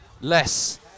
less